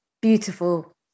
Beautiful